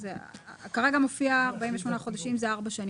כרגע מופיע 48 חודשים שזה ארבע שנים.